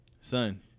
Son